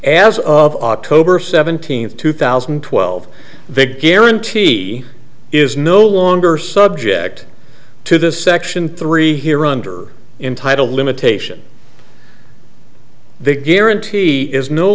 as of october seventeenth two thousand and twelve big guarantee is no longer subject to the section three here under in title limitation the guarantee is no